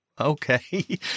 okay